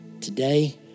Today